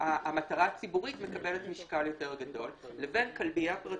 המטרה הציבורית מקבלת משקל יותר גדול לבין כלבייה פרטית,